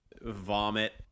vomit